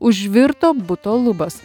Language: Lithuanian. užvirto buto lubos